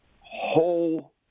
whole